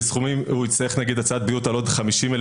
הוא יצטרך נגיד הצהרת בריאות על עוד 50,000